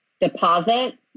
deposit